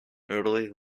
notably